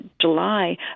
July